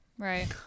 Right